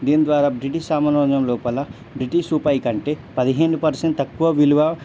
దీని ద్వారా బ్రిటిష్ సామ్రాజ్యం లోపల బ్రిటిష్ రూపాయి కంటే పదిహేను పర్సెంట్ తక్కువ విలువ